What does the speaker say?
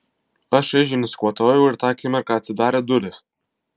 aš šaižiai nusikvatojau ir tą akimirką atsidarė durys